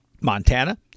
Montana